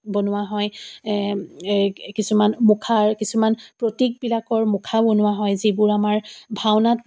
বনোৱা হয় কিছুমান মুখাৰ কিছুমান প্ৰতীকবিলাকৰ মুখা বনোৱা হয় যিবোৰ আমাৰ ভাওনাত